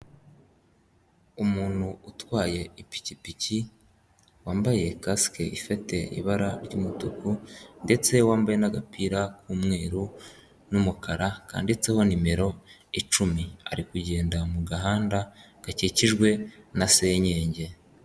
Umuntu utwaye ipikipiki wambaye kasike ifite ibara ry'umutuku ndetse wambaye n'agapira k'umweruru n'umukara kanditseho nimero icumi ari kugenda mu gahanda gakikijwe na senyenge.